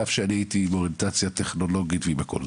על אף שהייתי באוריינטציה טכנולוגית והכל.